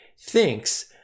thinks